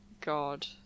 God